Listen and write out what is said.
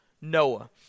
Noah